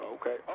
Okay